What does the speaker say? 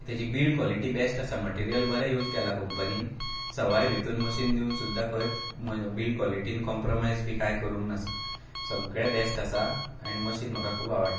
तेजी build quality best आसा material बरे यूज केलां कंपनिन सवाय भितर मशीन दिवन सुद्दां खंयच बिल्ड कोलिटीन कोंप्रोमायज बी कांय करुंक नासलें सगळें बेस्ट आसा आनी मशीन म्हाका खूब आवडटा